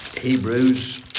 Hebrews